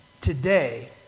Today